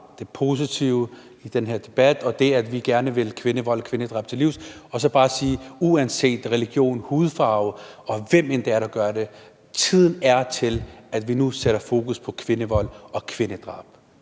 det positive i den her debat og det, at vi gerne vil kvindevold og kvindedrab livs, og så bare sige, at uanset religion, hudfarve, og hvem det end er, der gør det, er tiden inde til, at vi nu sætter fokus på kvindevold og kvindedrab.